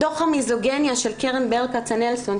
דוח המיזוגניה של קרן ברל כצנלסון,